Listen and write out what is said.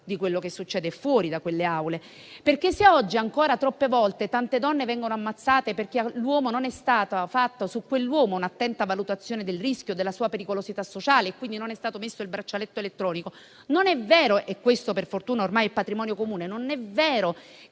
di quello che succede fuori da quelle aule. Se oggi ancora troppe volte tante donne vengono ammazzate perché su quell'uomo non è stata fatta un'attenta valutazione del rischio e della sua pericolosità sociale, e quindi non gli è stato messo il braccialetto elettronico, non è vero - e questo per fortuna ormai è patrimonio comune - che